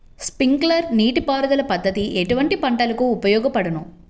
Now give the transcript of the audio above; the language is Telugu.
స్ప్రింక్లర్ నీటిపారుదల పద్దతి ఎటువంటి పంటలకు ఉపయోగపడును?